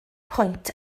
pwynt